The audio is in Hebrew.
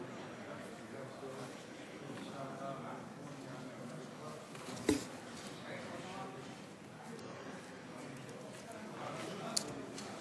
חברת